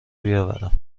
بیاورم